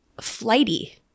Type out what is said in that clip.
flighty